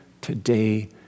today